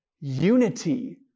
unity